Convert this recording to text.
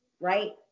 right